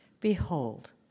Behold